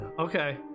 Okay